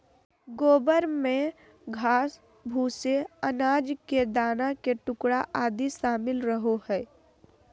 गोबर में घास, भूसे, अनाज के दाना के टुकड़ा आदि शामिल रहो हइ